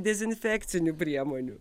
dezinfekcinių priemonių